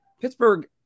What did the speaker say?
Pittsburgh